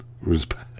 respect